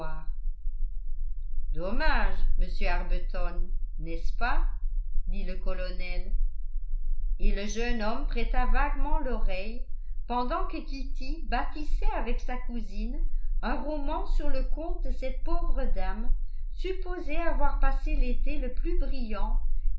dommage monsieur arbuton n'est-ce pas dit le colonel et le jeune homme prêta vaguement l'oreille pendant que kitty bâtissait avec sa cousine un roman sur le compte de cette pauvre dame supposée avoir passé l'été le plus brillant